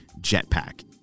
jetpack